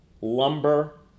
lumber